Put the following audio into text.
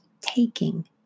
taking